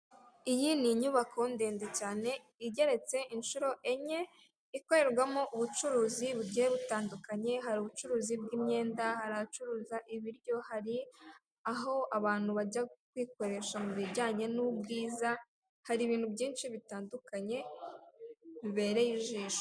Iyi ni inyubako ndende cyane igeretse inshuro enye, ikorerwamo ubucuruzi bugiye butandukanye hari ubucuruzi bw'imyenda, hari ahacururiza ibiryo, hari aho abantu bajya kwikoresha mu bijyanye n'ubwiza, hari ibintu byinshi bitandukanye bibereye ijisho.